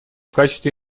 качестве